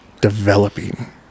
Developing